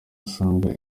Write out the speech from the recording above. usanga